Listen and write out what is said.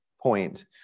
point